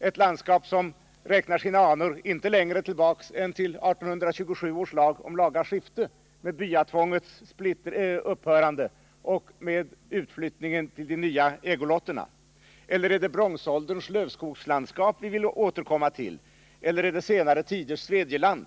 ett landskap som räknar sina anor inte längre tillbaka än till 1827 års lag om laga skifte med byatvångets upphörande och med utflyttningen till de nya ägolotterna? Är det bronsålderns lövskogslandskap vi vill återkomma till, eller är det senare tiders svedjeland?